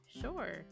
sure